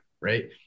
right